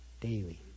daily